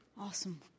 Awesome